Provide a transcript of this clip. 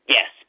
Yes